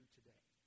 today